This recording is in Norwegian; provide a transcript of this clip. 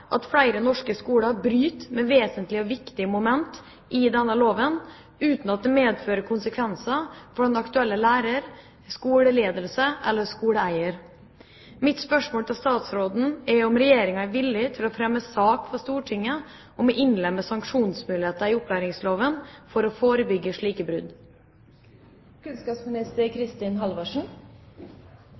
denne loven, uten at dette medfører konsekvenser for den aktuelle lærer, skole eller skoleeier. Er Regjeringen villig til å fremme sak for Stortinget om å innlemme sanksjonsmuligheter i opplæringsloven for å forebygge slike